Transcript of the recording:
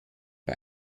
bei